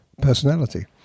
personality